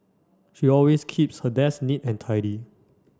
she always keeps her desk neat and tidy